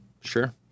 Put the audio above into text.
Sure